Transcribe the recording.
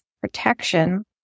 protection